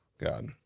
God